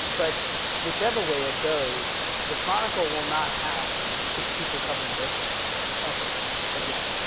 but whichever way it goes, the chronicle will not have six people covering berkeley ever again,